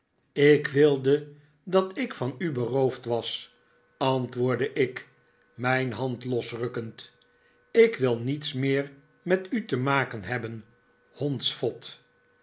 ik wilde dat ik van u beroofd was antwoordde ik mijn hand losrukkend ik wil niets meer met u te maken hebben hondsvot